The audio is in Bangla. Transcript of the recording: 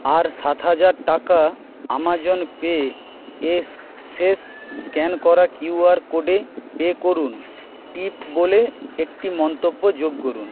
আর সাত হাজার টাকা অ্যামাজন পে একসেস স্ক্যান করা কিউআর কোডে পে করুন টিপ বলে একটি মন্তব্য যোগ করুন